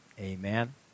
Amen